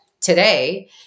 today